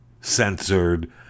censored